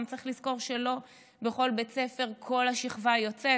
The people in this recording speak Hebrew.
צריך לזכור שלא בכל בית ספר כל השכבה יוצאת,